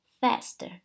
faster